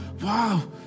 Wow